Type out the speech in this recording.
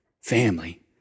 Family